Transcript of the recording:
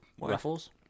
ruffles